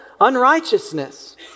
unrighteousness